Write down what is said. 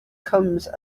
comes